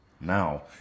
Now